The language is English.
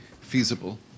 feasible